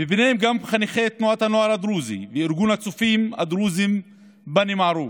וביניהם גם חניכי תנועת הנוער הדרוזי וארגון הצופים הדרוזים בני מערוף,